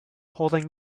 holding